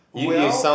well